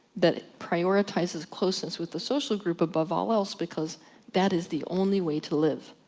that prioritises closeness with the social group above all else. because that is the only way to live.